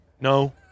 No